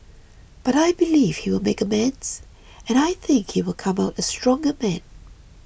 but I believe he will make amends and I think he will come out a stronger man